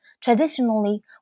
Traditionally